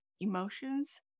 emotions